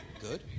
Good